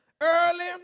early